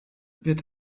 wird